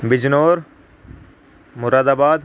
بجنور مراد آباد